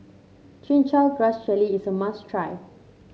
Chin Chow Grass Jelly is a must try